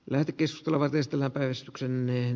lääkitys oleva testillä päivystyksenmeen